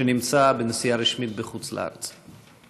שנמצא בנסיעה רשמית בחוץ לארץ.